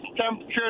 temperature